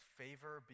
favor